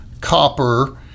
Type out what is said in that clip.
copper